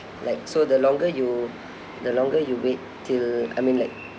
like so the longer you the longer you wait till I mean like